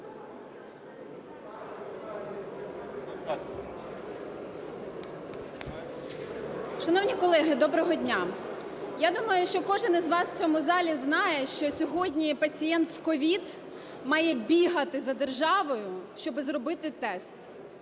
Шановні колеги, доброго дня. Я думаю, що кожен із вас в цьому залі знає, що сьогодні пацієнт з COVID має бігати за державою, щоб зробити тест.